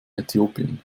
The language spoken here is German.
äthiopien